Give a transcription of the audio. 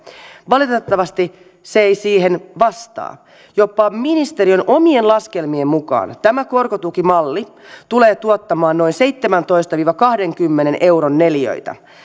valitettavasti se ei siihen vastaa jopa ministeriön omien laskelmien mukaan tämä korkotukimalli tulee tuottamaan noin seitsemäntoista viiva kahdenkymmenen euron neliöitä